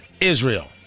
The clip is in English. Israel